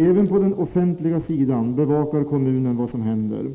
Även på den offentliga sidan bevakar kommunen vad som händer.